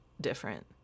different